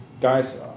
Guys